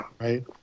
right